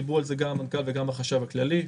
דיברו על זה גם המנכ"ל וגם החשב הכללי.